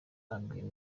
abwira